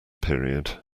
period